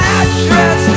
address